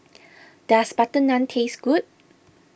does Butter Naan taste good